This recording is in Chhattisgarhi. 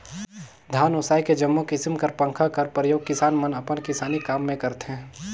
धान ओसाए के जम्मो किसिम कर पंखा कर परियोग किसान मन अपन किसानी काम मे करथे